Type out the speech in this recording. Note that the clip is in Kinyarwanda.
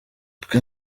twe